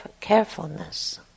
carefulness